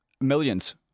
millions